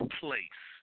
place